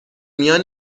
میان